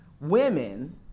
...women